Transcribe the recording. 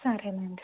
సరేనండి